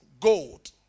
gold